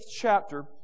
chapter